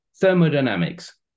thermodynamics